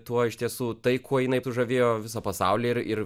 tuo iš tiesų tai kuo jinai sužavėjo visą pasaulį ir ir